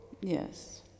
Yes